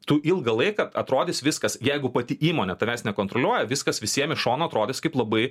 tu ilgą laiką atrodys viskas jeigu pati įmonė tavęs nekontroliuoja viskas visiem iš šono atrodys kaip labai